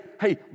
hey